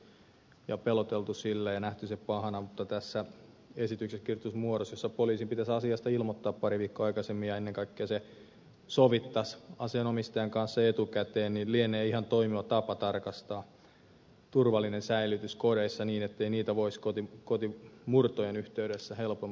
sitä on verrattu tämmöiseen kotietsintätoimeen ja peloteltu sillä ja nähty se pahana mutta tässä esityksessä kirjoitetussa muodossa jossa poliisin pitäisi asiasta ilmoittaa pari viikkoa aikaisemmin ja ennen kaikkea se sovittaisiin asian omistajan kanssa etukäteen se lienee ihan toimiva tapa tarkastaa turvallinen säilytys kodeissa niin ettei niitä aseita voisi kotimurtojen yhteydessä helposti varastaa